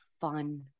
fun